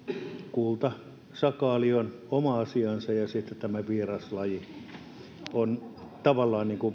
kultasakaali on oma asiansa ja sitten tämä vieraslajiasia on tavallaan